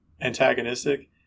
antagonistic